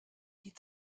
die